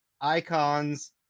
Icons